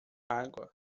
água